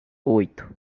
oito